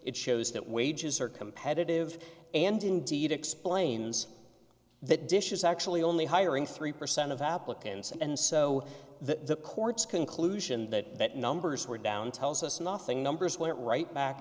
it shows that wages are competitive and indeed explains that dish is actually only hiring three percent of applicants and so the courts conclusion that that numbers were down tells us nothing numbers went right back